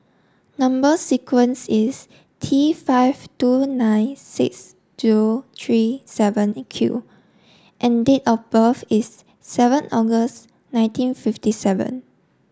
number sequence is T five two nine six two three seven Q and date of birth is seven August nineteen fifty seven